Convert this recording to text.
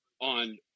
on